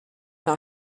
now